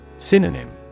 Synonym